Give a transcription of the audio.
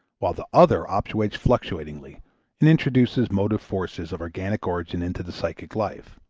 while the other operates fluctuatingly and introduces motive forces of organic origin into the psychic life.